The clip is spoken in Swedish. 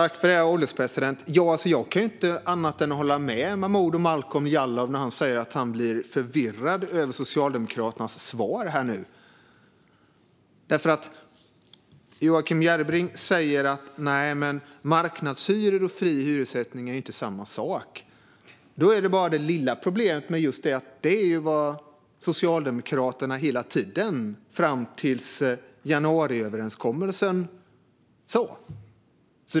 Herr ålderspresident! Jag kan inte annat än hålla med Momodou Malcolm Jallow när han säger att han blir förvirrad av Socialdemokraternas svar. Joakim Järrebring säger nämligen att marknadshyror och fri hyressättning inte är samma sak. Det lilla problemet med det är bara att det är vad Socialdemokraterna hela tiden, fram tills januariöverenskommelsen, har sagt att det är.